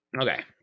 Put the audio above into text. Okay